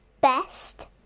best